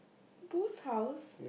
who's house